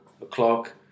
o'clock